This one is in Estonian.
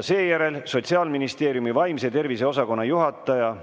Seejärel on Sotsiaalministeeriumi vaimse tervise osakonna juhataja